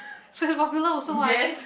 so it's popular also what